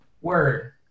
word